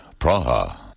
Praha